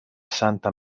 santa